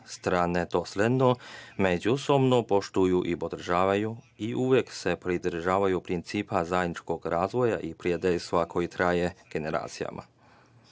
strane dosledno međusobno poštuju i podržavaju i uvek se pridržavaju principa zajedničkog razvoja i prijateljstva koje traje generacijama. Prilikom